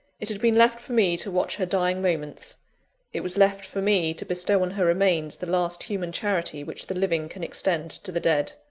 it had been left for me to watch her dying moments it was left for me to bestow on her remains the last human charity which the living can extend to the dead.